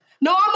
No